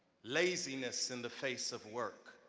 laziness in the face of work,